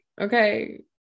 okay